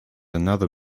another